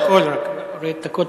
רק תוריד את הקול.